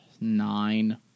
Nine